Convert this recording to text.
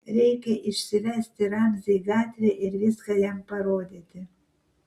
reikia išsivesti ramzį į gatvę ir viską jam parodyti